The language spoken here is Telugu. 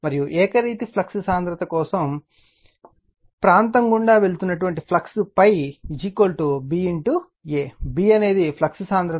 మరియు ఏకరీతి ఫ్లక్స్ సాంద్రత కోసం ప్రాంతం గుండా వెళుతున్న ఫ్లక్స్ ∅ B A B అనేది ఫ్లక్స్ సాంద్రత